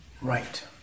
Right